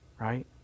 Right